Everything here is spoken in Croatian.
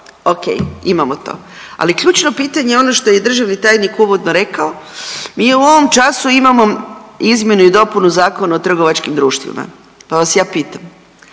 Ok, imamo to. Ali ključno pitanje ono što je i državni tajnik uvodno rekao, mi u ovom času imamo izmjenu i dopunu Zakona o trgovačkim društvima, pa vas ja pitam